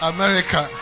America